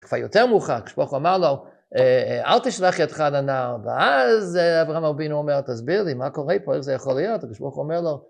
כבר יותר מאוחר, כשבוך אמר לו, אל תשלחי ידך לנער, ואז אברהם ארבין אומר, תסביר לי מה קורה פה, איך זה יכול להיות? וכשבוך אומר לו,